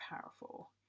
powerful